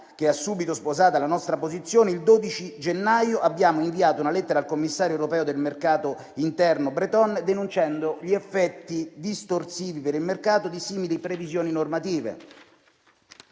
che ha subito sposato la nostra posizione, il 12 gennaio abbiamo inviato una lettera al commissario europeo per il mercato interno Breton denunciando gli effetti distorsivi per il mercato di simili previsioni normative.